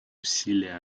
усилия